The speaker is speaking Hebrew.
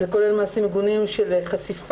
זה כולל מעשים מגונים של חשיפה,